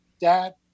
Dad